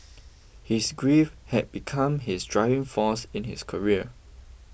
his grief had become his driving force in his career